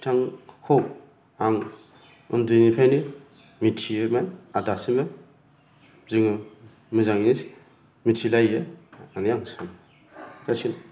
बिथांखौ आं उन्दैनिफ्रायनो मिथियोमोन आरो दासिमबो जोङो मोजाङैनो मिथिलायो होन्नानै आं सानो जासिगोन